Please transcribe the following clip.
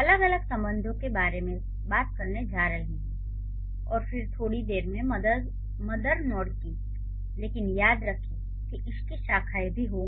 अलग अलग संबंधों के बारे में बात करने जा रही हूं और फिर थोड़ी देर में मदर नोड की लेकिन याद रखें कि इसकी शाखाएं भी होंगी